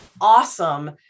awesome